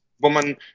woman